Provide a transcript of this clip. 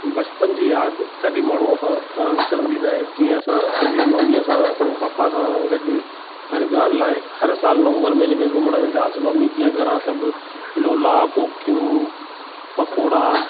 बचपन जी यादि कॾहिं माण्हूअ खां विसरंदी न आहे जीअं असां पंहिंजी ममीअ सां ऐं पपा सां गॾु हरिद्वार लाइ हर सालु नवंबर महिने में घुमणु वेंदासीं ममी जीअं घरां सभु लोला कोकियूं पकोड़ा